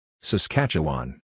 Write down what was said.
Saskatchewan